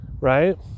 Right